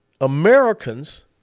Americans